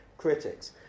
critics